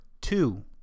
two